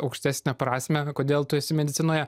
aukštesnę prasmę kodėl tu esi medicinoje